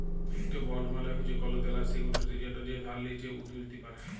ইকট বল্ড মালে হছে কল দেলার সিক্যুরিটি যেট যে ধার লিছে উ তুলতে পারে